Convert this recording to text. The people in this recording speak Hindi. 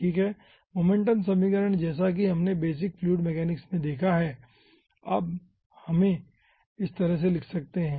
ठीक है मोमेंटम समीकरण जैसा की हमने बेसिक फ्लूइड मैकेनिक्स में देखा है हम इसे इस तरह से लिख सकते हैं